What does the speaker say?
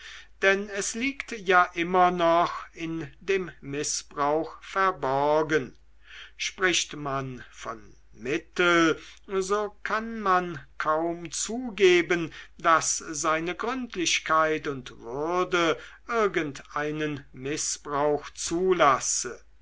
denn es liegt ja immer noch in dem mißbrauch verborgen spricht man von mittel so kann man kaum zugeben daß seine gründlichkeit und würde irgendeinen mißbrauch zulasse